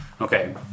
Okay